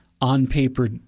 on-paper